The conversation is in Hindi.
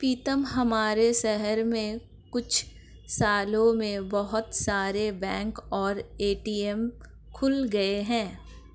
पीतम हमारे शहर में कुछ सालों में बहुत सारे बैंक और ए.टी.एम खुल गए हैं